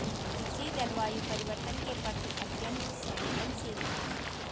कृषि जलवायु परिवर्तन के प्रति अत्यंत संवेदनशील है